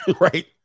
Right